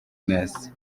neza